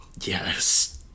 yes